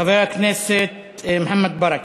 חבר הכנסת מוחמד ברכה.